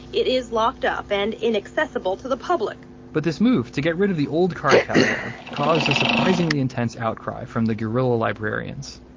it is locked up and inaccessible to the public but this move to get rid of the old card catalog caused a surprisingly intense outcry from the guerrilla librarians.